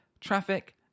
traffic